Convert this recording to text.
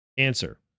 Answer